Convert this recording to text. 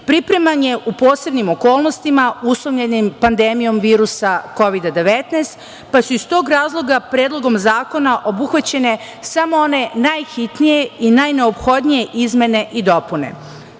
pripreman je u posebnim okolnostima uslovljenim pandemijom virusa Kovida-19, pa su iz tog razloga predlogom zakona obuhvaćene samo one najhitnije i najneophodnije izmene i dopune.S